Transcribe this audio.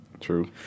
True